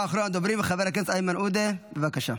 אחרון הדוברים, חבר הכנסת איימן עודה, בבקשה.